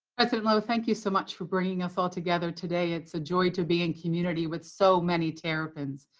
president loh, thank you so much for bringing us all together today. it's a joy to be in community with so many terrapins.